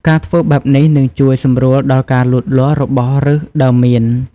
ការធ្វើបែបនេះ នឹងជួយសម្រួលដល់ការលូតលាស់របស់ឫសដើមមៀន។